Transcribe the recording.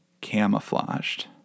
camouflaged